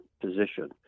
position